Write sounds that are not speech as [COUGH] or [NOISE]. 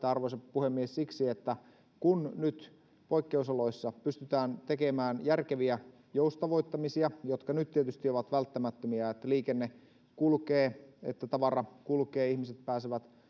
[UNINTELLIGIBLE] arvoisa puhemies vain siksi että kun nyt poikkeusoloissa pystytään tekemään järkeviä joustavoittamisia jotka nyt tietysti ovat välttämättömiä että liikenne kulkee että tavara kulkee ihmiset pääsevät